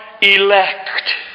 elect